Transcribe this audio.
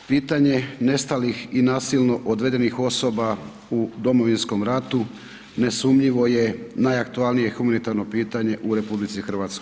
Pitanje nestalih i nasilno odvedenih osoba u Domovinskom ratu nesumnjivo je najaktualnije humanitarno pitanje u RH.